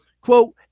quote